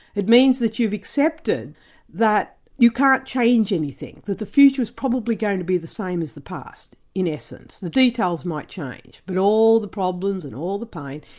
it means that you've accepted that you can't change anything that the future is probably going to be the same as the past, in essence the details might change and but all the problems and all the pain,